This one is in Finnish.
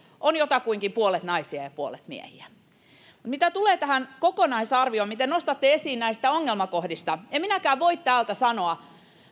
on jotakuinkin puolet naisia ja puolet miehiä mitä tulee tähän kokonaisarvioon mitä nostatte esiin näistä ongelmakohdista en minäkään voi täältä sanoa